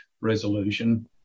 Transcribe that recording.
resolution